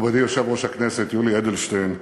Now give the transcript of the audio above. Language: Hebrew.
מכובדי יושב-ראש הכנסת יולי אדלשטיין,